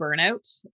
burnout